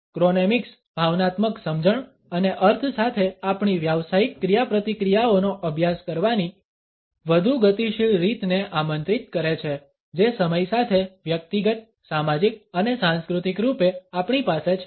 chronemics ભાવનાત્મક સમજણ અને અર્થ સાથે આપણી વ્યાવસાયિક ક્રિયાપ્રતિક્રિયાઓનો અભ્યાસ કરવાની વધુ ગતિશીલ રીતને આમંત્રિત કરે છે જે સમય સાથે વ્યક્તિગત સામાજિક અને સાંસ્કૃતિક રૂપે આપણી પાસે છે